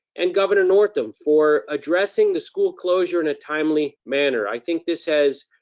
and governor northam, for addressing the school closure in a timely manner. i think this has,